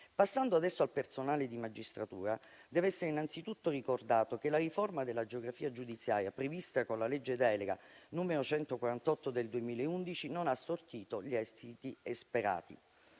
Passando adesso al personale di magistratura, deve essere innanzitutto ricordato che la riforma della geografia giudiziaria prevista con la legge delega n. 148 del 2011 non ha sortito gli esiti sperati.